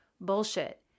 bullshit